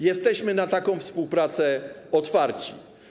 Jesteśmy na taką współpracę otwarci.